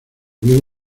bien